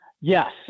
Yes